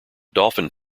dolphin